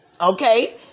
Okay